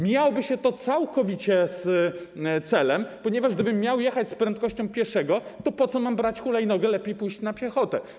Mijałoby się to całkowicie z celem, ponieważ gdybym miał jechać z prędkością pieszego, to po co miałbym brać hulajnogę, lepiej pójść na piechotę.